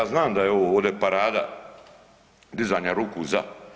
Ja znam da je ovo ovdje parada dizanja ruku za.